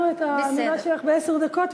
אנחנו הבנו את האמירה שלך בעשר דקות,